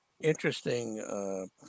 interesting